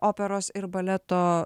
operos ir baleto